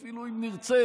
אפילו אם נרצה.